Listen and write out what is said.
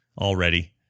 already